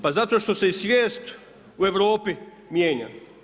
Pa to što se i svijest u Europi mijenja.